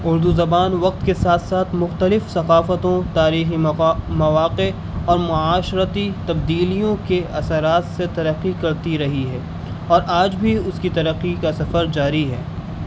اردو زبان وقت کے ساتھ ساتھ مختلف ثقافتوں تاریخی مواقع اور معاشرتی تبدیلیوں کے اثرات سے ترقی کرتی رہی ہے اور آج بھی اس کی ترقی کا سفر جاری ہے